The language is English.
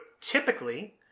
typically